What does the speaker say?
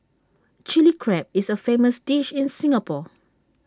Chilli Crab is A famous dish in Singapore